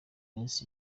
minsi